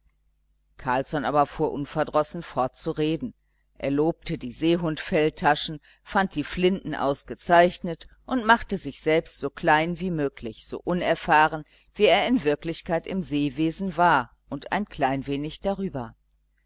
carlsson aber fuhr unverdrossen fort zu reden er lobte die seehundfelltaschen fand die flinten ausgezeichnet und machte sich selbst so klein wie möglich so unerfahren wie er in wirklichkeit im seewesen war und ein klein wenig darüber